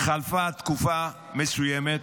חלפה תקופה מסוימת